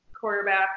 quarterback